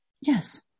Yes